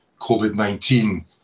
COVID-19